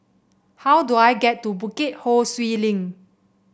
how do I get to Bukit Ho Swee Link